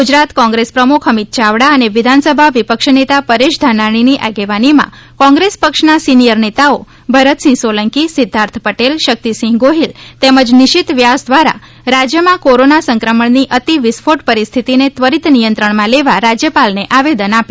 ગુજરાત કોંગ્રેસ પ્રમુખ અમિત યાવડા અને વિધાનસભા વિપક્ષ નેતા પરેશ ધાનાણીની આગેવાનીમાં કોંગ્રેસ પક્ષના સિનિયર નેતાઓ ભરતસિંહ સોલંકી સિદ્વાર્થ પટેલ શકિતસિંહ ગોહિલ તેમજ નીશિત વ્યાસ દ્વારા રાજ્યમાં કોરોના સંક્રમણની અતિ વિસ્ફોટ પરિસ્થિતિને ત્વરિત નિયંત્રણમાં લેવા રાજ્યપાલને આવેદન આપ્યું હતું